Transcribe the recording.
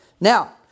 Now